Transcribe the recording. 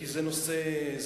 כי זה נושא ראוי.